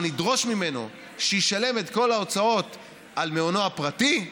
נדרוש ממנו שישלם את כל ההוצאות על מעונו הפרטי,